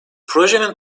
projenin